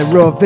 Raw